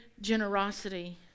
generosity